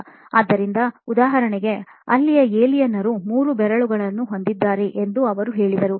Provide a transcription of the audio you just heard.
ಆದ್ದರಿಂದ ಉದಾಹರಣೆಗೆ ಅಲ್ಲಿಯ ಏಲಿಯನ್ರು ಮೂರು ಬೆರಳುಗಳನ್ನು ಹೊಂದಿದ್ದಾರೆ ಎಂದು ಅವರು ಹೇಳಿದರು